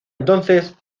entonces